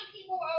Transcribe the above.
people